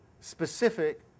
specific